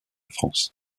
france